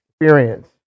experience